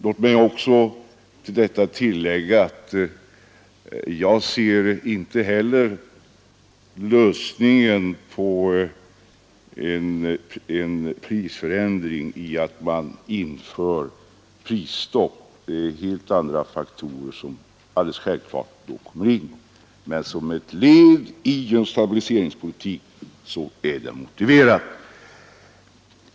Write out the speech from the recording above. Låt mig också till detta lägga att jag inte heller ser införandet av prisstopp som lösningen då det — det är då självfallet helt andra faktorer som kommer in i bilden — utan såsom ett led i en stabiliseringspolitik; då är det motiverat.